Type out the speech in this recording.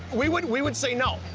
we would we would say no.